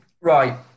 Right